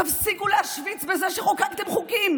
תפסיקו להשוויץ בזה שחוקקתם חוקים.